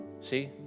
See